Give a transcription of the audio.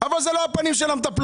אבל זה לא הפנים של המטפלות.